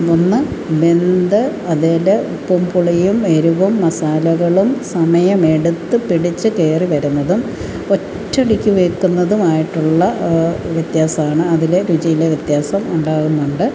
ഒന്ന് വെന്ത് അതിൽ ഉപ്പും പുളിയും എരുവും മസാലകളും സമയമെടുത്ത് പിടിച്ച് കയറി വരുന്നതും ഒറ്റയടിക്ക് വെക്കുന്നതുമായിട്ടുള്ള വ്യത്യാസമാണ് അതിൽ രുചിയിൽ വ്യത്യാസം ഉണ്ടാകുന്നുണ്ട്